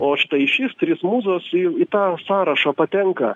o štai šis trys mūzos į tą sąrašą patenka